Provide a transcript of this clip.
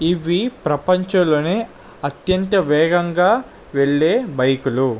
ఇవి ప్రపంచములోనే అత్యంత వేగముగా వెళ్ళే బైకులు